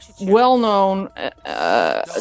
well-known